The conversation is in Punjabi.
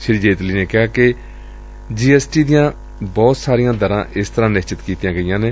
ਸ੍ਰੀ ਜੇਤਲੀ ਨੇ ਕਿਹਾ ਕਿ ਜੀ ਐਸ ਟੀ ਦੀਆਂ ਬਹੁਤ ਸਾਰੀਆਂ ਦਰਾਂ ਇਸ ਤਰਾਂ ਨਿਸ਼ਚਿਤ ਕੀਤੀਆਂ ਗਈਆਂ ਨੇ